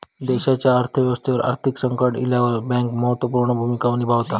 देशाच्या अर्थ व्यवस्थेवर आर्थिक संकट इल्यावर बँक महत्त्व पूर्ण भूमिका निभावता